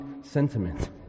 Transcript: sentiment